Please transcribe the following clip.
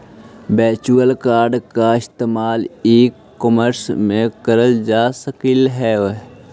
virtual card का इस्तेमाल e commerce में करल जा सकलई हे